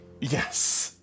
Yes